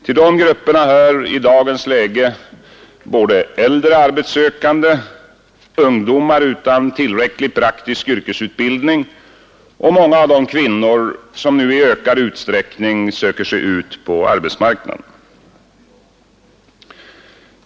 Till dessa grupper hör i dagens läge såväl äldre arbetssökande som ungdomar utan tillräcklig praktisk yrkesutbildning och många av de kvinnor som nu i ökad utsträckning söker sig ut på arbetsmarknaden.